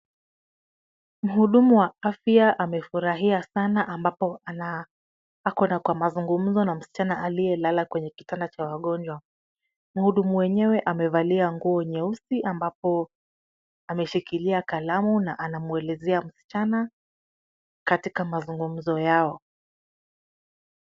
Muhudumu wa afya amefurahia sana ambapo ako kwa mazungumzo na msichana aliye lala kwenye kitanda cha wagonjwa. Muhudumu mwenyewe amevalia nguo nyeusi ambapo ameshikilia kalamu na anamwelezea msichana, katika mazungumzo yao.